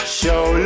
show